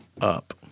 up